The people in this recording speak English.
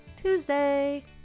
Tuesday